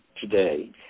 today